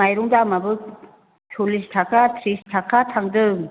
माइरं दामआबो सल्लिस थाखा थ्रिस थाखा थांदों